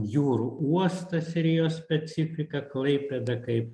jūrų uostas rijo specifiką klaipėdą kaip